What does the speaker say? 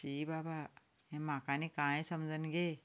शी बाबा हें म्हाका आनी कांय समजना गे